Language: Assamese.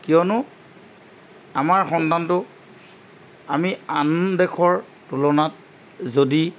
কিয়নো আমাৰ সন্তানটো আমি আন দেশৰ তুলনাত যদি